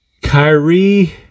Kyrie